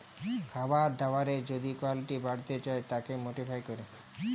খাবার দাবারের যদি কুয়ালিটি বাড়াতে চায় তাকে মডিফাই ক্যরে